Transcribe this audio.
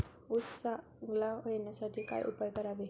ऊस चांगला येण्यासाठी काय उपाय करावे?